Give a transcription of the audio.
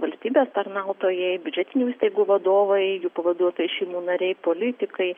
valstybės tarnautojai biudžetinių įstaigų vadovai jų pavaduotojai šeimų nariai politikai